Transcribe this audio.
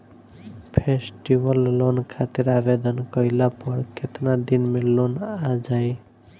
Festival loan खातिर आवेदन कईला पर केतना दिन मे लोन आ जाई?